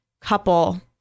couple